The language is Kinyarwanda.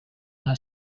nta